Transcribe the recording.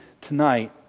tonight